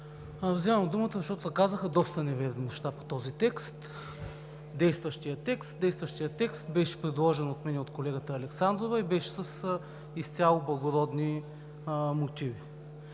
Вземам думата, защото по този текст се казаха доста неверни неща ¬– действащия текст. Действащият текст беше предложен от мен и колегата Александрова и беше с изцяло благородни мотиви.